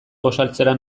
gosaltzera